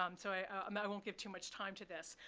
um so i um i won't give too much time to this.